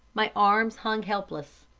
my arms hung helpless.